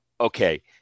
Okay